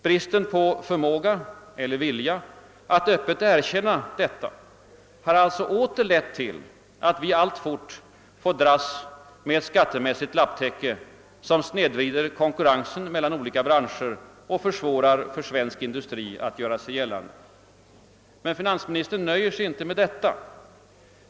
Bristen på förmåga eller vilja att öppet erkänna detta har alltså åter lett till att vi alitfort får dras med ett skattemässigt lapptäcke, som snedvrider konkurrensen mellan olika branscher och försvårar för svensk industri att göra sig gällande. Men finansministern nöjer sig inte med detta.